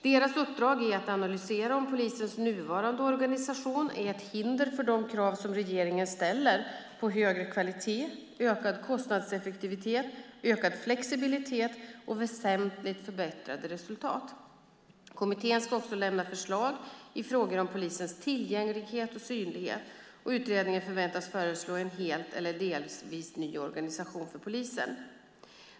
Deras uppdrag är att analysera om polisens nuvarande organisation är ett hinder för de krav som regeringen ställer på högre kvalitet, ökad kostnadseffektivitet, ökad flexibilitet och väsentligt förbättrade resultat. Kommittén ska också lämna förslag i frågor om polisens tillgänglighet och synlighet. Utredningen förväntas föreslå en helt eller delvis ny organisation för polisen.